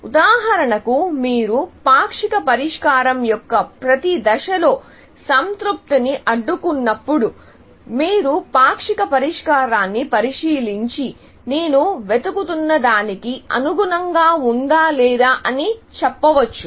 ఉదాహరణకు మీరు పాక్షిక పరిష్కారం యొక్క ప్రతి దశలో సంతృప్తిని అడ్డుకున్నప్పుడు మీరు పాక్షిక పరిష్కారాన్ని పరిశీలించి నేను వెతుకుతున్నదానికి అనుగుణంగా ఉందా లేదా అని చెప్పవచ్చు